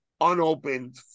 unopened